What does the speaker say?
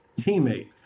teammate